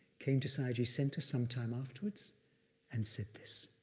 came to sayagyi's center sometime afterwards and said this.